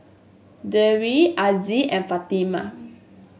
Dwi Aziz and Fatimah